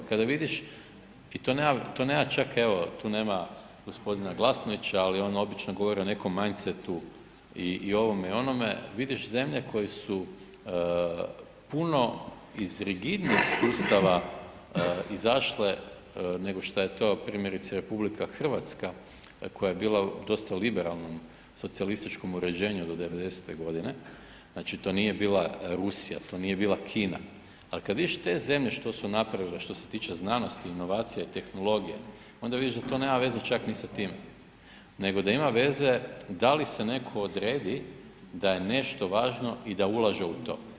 Kada vidiš, i to nema čak, evo tu nema g. Glasnovića li on obično govori o nekom mindsetu i ovome i onome, vidiš zemlje koje su puno iz rigidnijeg sustava izašle nego šta je to primjerice RH koja je bila u dosta liberalnom socijalističkom uređenju do 90-te godine, znači to nije bila Rusija, to nije bila Kina ali kad vidiš te zemlje što su napravile što se tiče znanosti, inovacija i tehnologija onda vidiš da to nema veze čak ni sa time nego da ima veze da li se neko odredi da je nešto važno i da ulaže u to.